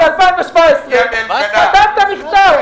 ב-2017 כתבת מכתב.